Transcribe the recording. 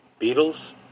Beatles